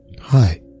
Hi